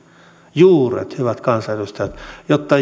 juuret hyvät kansanedustajat jotta